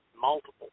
multiple